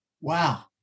Wow